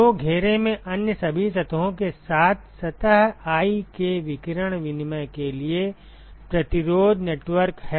तो घेरे में अन्य सभी सतहों के साथ सतह i के विकिरण विनिमय के लिए प्रतिरोध नेटवर्क है